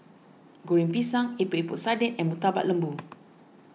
Goreng Pisang Epok Epok Sardin and Murtabak Lembu